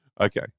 okay